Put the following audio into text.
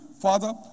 Father